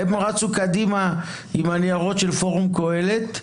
הם רצו קדימה עם הניירות של פורום קהלת,